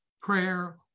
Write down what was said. prayer